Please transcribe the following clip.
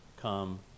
come